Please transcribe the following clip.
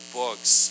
books